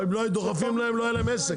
אבל אם לא היו דוחפים להם לא היה להם עסק.